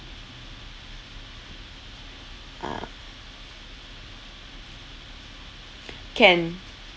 ah can